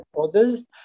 others